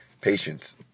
patience